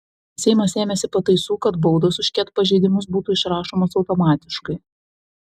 seimas ėmėsi pataisų kad baudos už ket pažeidimus būtų išrašomos automatiškai